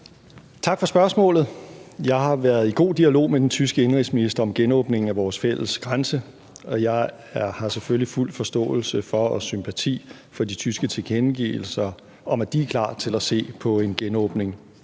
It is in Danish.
Tak for spørgsmålet. Jeg har været i god dialog med den tyske indenrigsminister om genåbningen af vores fælles grænse, og jeg har selvfølgelig fuld forståelse og sympati for de tyske tilkendegivelser om, at de er klar til at se på en genåbning.